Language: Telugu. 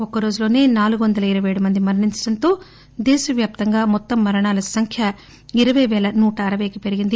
ఒక్కరోజులోనే నాలుగు వందల ఇరపై ఏడు మంది మరణించడంతో దేశవ్యాప్తంగా మొత్తం మరణాల సంఖ్య ఇరపై పేల నూట అరపై కి పెరిగింది